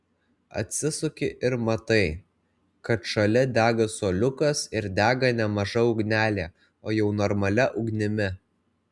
atsisuki ir matai kad šalia dega suoliukas ir dega ne maža ugnele o jau normalia ugnimi